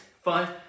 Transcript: five